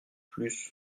plus